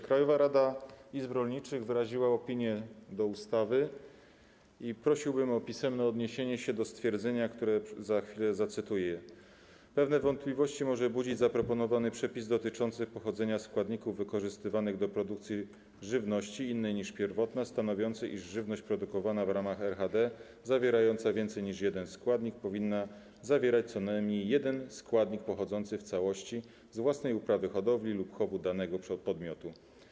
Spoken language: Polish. Krajowa Rada Izb Rolniczych wyraziła opinię na temat ustawy i prosiłbym o pisemne odniesienie się do stwierdzenia, które zacytuję: Pewne wątpliwości może budzić zaproponowany przepis dotyczący pochodzenia składników wykorzystywanych do produkcji żywności innej niż pierwotna, stanowiący, iż żywność produkowana w ramach RHD zawierająca więcej niż jeden składnik powinna zawierać co najmniej jeden składnik pochodzący w całości z własnej uprawy, hodowli lub chowu danego podmiotu.